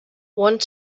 want